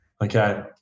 Okay